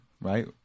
right